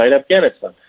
Afghanistan